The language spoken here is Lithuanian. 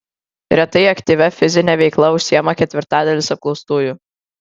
retai aktyvia fizine veikla užsiima ketvirtadalis apklaustųjų